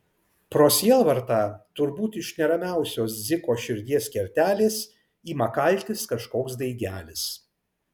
pro sielvartą turbūt iš neramiausios dziko širdies kertelės ima kaltis kažkoks daigelis